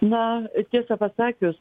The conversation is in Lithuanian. na tiesą pasakius